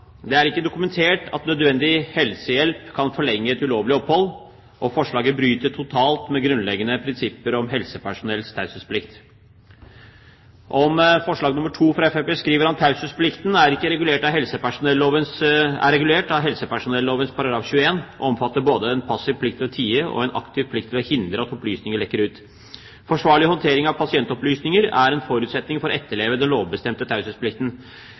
Det er ikke dokumentert at nødvendig helsehjelp kan forlenge et ulovlig opphold, og forslaget bryter totalt med grunnleggende prinsipper om helsepersonells taushetsplikt.» Om forslag nr. 2 fra Fremskrittspartiet skriver han: «Taushetsplikten er regulert av helsepersonellovens §21 og omfatter både en passiv plikt til å tie og en aktiv plikt til å hindre at opplysninger lekker ut. Forsvarlig håndtering av pasientopplysninger er en forutsetning for å etterleve den lovbestemte taushetsplikten.